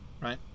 right